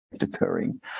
occurring